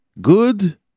good